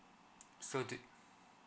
so do